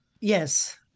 yes